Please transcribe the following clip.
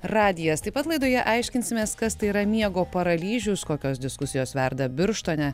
radijas taip pat laidoje aiškinsimės kas tai yra miego paralyžius kokios diskusijos verda birštone